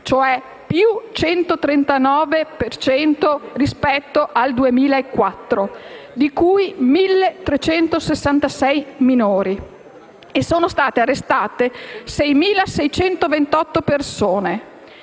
per cento rispetto al 2004), di cui 1.366 minori, e sono state arrestate 6.628 persone.